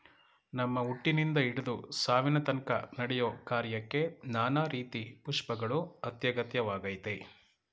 ನಮ್ಮ ಹುಟ್ಟಿನಿಂದ ಹಿಡ್ದು ಸಾವಿನತನ್ಕ ನಡೆಯೋ ಕಾರ್ಯಕ್ಕೆ ನಾನಾ ರೀತಿ ಪುಷ್ಪಗಳು ಅತ್ಯಗತ್ಯವಾಗಯ್ತೆ